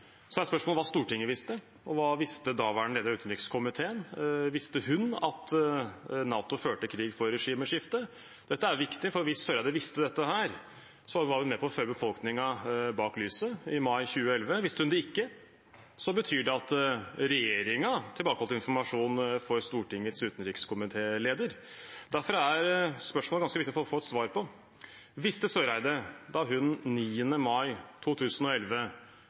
Så er spørsmålet hva Stortinget visste, og hva daværende leder av utenriks- og forsvarskomiteen visste. Visste hun at NATO førte krig for regimeskifte? Dette er viktig, for hvis Eriksen Søreide visste dette, var hun med på å føre befolkningen bak lyset – i mai 2011 visste hun det ikke, så da betyr det at regjeringen holdt tilbake informasjon for Stortingets utenriks- og forsvarskomités leder. Derfor er spørsmålet ganske viktig å få et svar på. Visste Eriksen Søreide, da hun 9. mai 2011